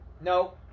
No